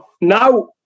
Now